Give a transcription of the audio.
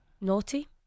Naughty